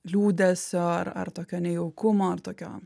liūdesio ar ar tokio nejaukumo ar tokio